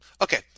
Okay